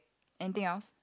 anything else